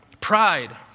Pride